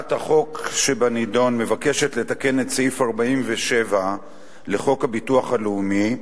הצעת החוק שבנדון מבקשת לתקן את סעיף 47 לחוק הביטוח הלאומי,